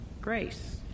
Grace